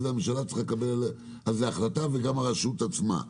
והממשלה צריכה לקבל על זה החלטה וגם הרשות עצמה.